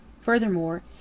Furthermore